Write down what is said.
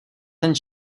ten